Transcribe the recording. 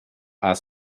are